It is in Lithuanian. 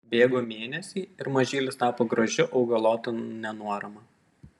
bėgo mėnesiai ir mažylis tapo gražiu augalotu nenuorama